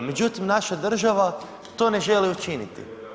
Međutim, naša država to ne želi učiniti.